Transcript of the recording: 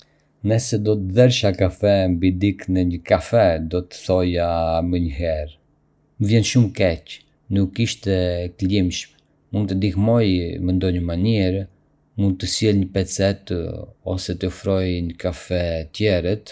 Nëse do të derdhesha kafe mbi dikë në një kafe, do të thoja menjëherë: "Më vjen shumë keq, nuk ishte e qëllimshme. Mund të të ndihmoj në ndonjë mënyrë? Mund të të sjell një pecetë ose të të ofroj një kafe tjetër?"